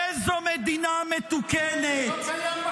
באיזו מדינה מתוקנת -- זה לא קיים בחוק.